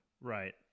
right